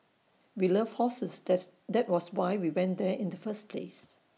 we love horses that's that was why we went there in the first place